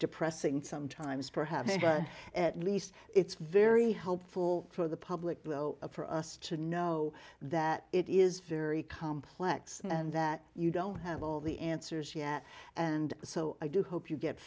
depressing sometimes perhaps at least it's very helpful for the public though for us to know that it is very complex and that you don't have all the answers yet and so i do hope you get